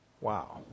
Wow